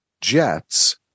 Jets